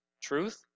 truth